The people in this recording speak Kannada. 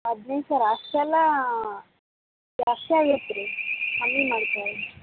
ಹದಿನೈದು ಸಾವಿರ ಅಷ್ಟೆಲ್ಲ ಜಾಸ್ತಿ ಆಗತ್ತೆ ರೀ ಕಮ್ಮಿ ಮಾಡ್ಕೊಳಿ